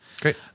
Great